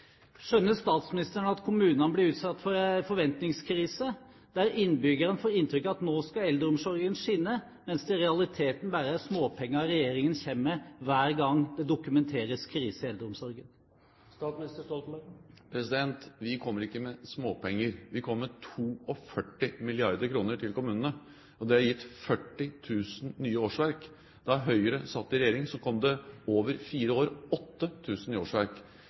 Skjønner statsministeren at kommunene blir utsatt for en forventningskrise, der innbyggerne får inntrykk av at nå skal eldreomsorgen skinne, mens det i realiteten bare er småpenger regjeringen kommer med hver gang det dokumenteres krise i eldreomsorgen? Vi kommer ikke med småpenger. Vi kommer med 42 mrd. kr til kommunene, og det har gitt 40 000 nye årsverk. Da Høyre satt i regjering, kom det over fire år 8 000 nye årsverk